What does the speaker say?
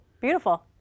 Beautiful